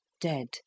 dead